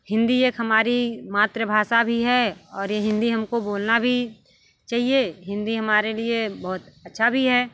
हिंदी एक हमारी मातृभाषा भी है और ये हिंदी हमको बोलना भी चाहिए हिंदी हमारे लिए बहुत अच्छा भी है